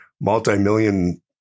multi-million